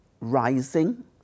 rising